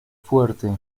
fuerte